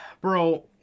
Bro